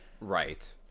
right